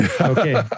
Okay